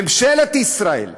ממשלת ישראל.